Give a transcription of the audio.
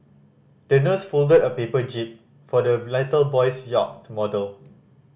the nurse folded a paper jib for the little boy's yacht model